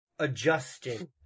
Adjusting